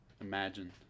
Imagine